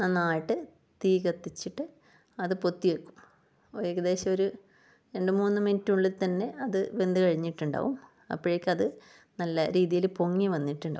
നന്നായിട്ട് തീ കത്തിച്ചിട്ട് അത് പൊത്തി വെക്കും ഏകദേശം ഒരു രണ്ട് മൂന്ന് മിനിറ്റിനുള്ളിൽ തന്നെ അത് വെന്തു കഴിഞ്ഞിട്ടുണ്ടാകും അപ്പഴേക്ക് അത് നല്ല രീതിയിൽ പൊങ്ങി വന്നിട്ടുണ്ടാകും